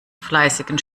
fleißigen